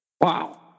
Wow